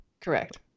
Correct